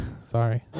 Sorry